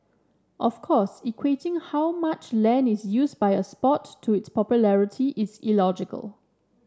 of course equating how much land is used by a sport to its popularity is illogical